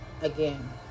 Again